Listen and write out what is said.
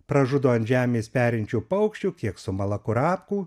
pražudo ant žemės perinčių paukščių kiek sumala kurapkų